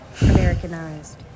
Americanized